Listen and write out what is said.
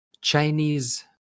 chinese